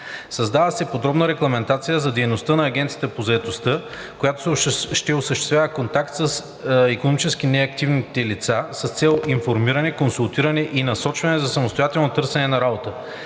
Създава се подробна регламентация за дейността на Агенцията по заетостта, която ще осъществява контакт с икономически неактивните лица, с цел информиране, консултиране и насочване за самостоятелно търсене на работа.